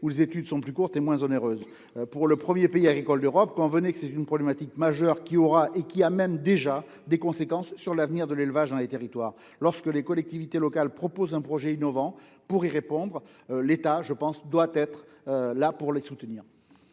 où les études sont plus courtes et moins onéreuses. Pour le premier pays agricole d'Europe, convenez que c'est une problématique majeure, qui aura, et qui a même déjà, des conséquences sur l'avenir de l'élevage dans les territoires. Lorsque les collectivités locales proposent un projet innovant, l'État doit répondre présent pour les soutenir.